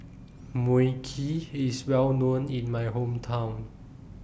Mui Kee IS Well known in My Hometown